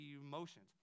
emotions